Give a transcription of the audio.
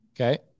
Okay